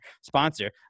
sponsor